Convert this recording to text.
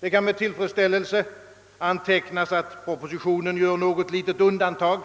Det kan med tillfredsställelse antecknas att propositionen gör något litet avsteg härifrån